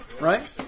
Right